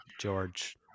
George